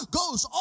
goes